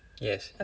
yea